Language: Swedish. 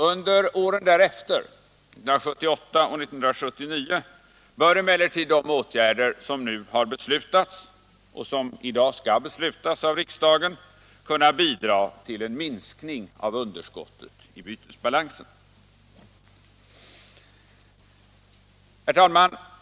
Under åren härefter — 1978 och 1979 — bör emellertid de åtgärder som har beslutats och som i dag skall beslutas av riksdagen kunna bidra till en minskning av underskottet i bytesbalansen. Herr talman!